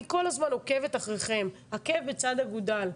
אני כל הזמן עוקבת אחריכם עקב בצד אגודל.